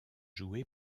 joué